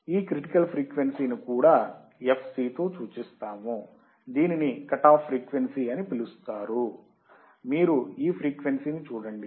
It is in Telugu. ఈ క్రిటికల్ ఫ్రీక్వెన్సీ ని కూడా fc తో సూచిస్తాము దీనిని కటాఫ్ ఫ్రీక్వెన్సీ అని పిలుస్తారు మీరు ఒక ఈ ఫ్రీక్వెన్సీ ని చూడండి